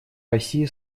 россии